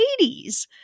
80s